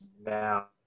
now